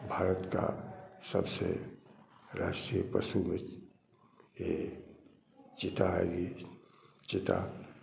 भारत का सबसे राष्ट्रीय पशु में से यह चीता है चीता